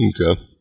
Okay